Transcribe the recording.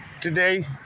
today